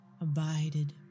abided